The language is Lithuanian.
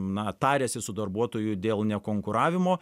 na tariasi su darbuotoju dėl nekonkuravimo